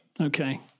Okay